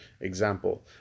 example